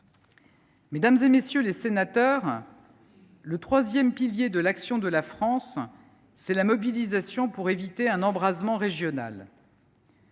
Mesdames, messieurs les sénateurs, le troisième pilier de l’action de la France, c’est la mobilisation pour éviter un embrasement régional.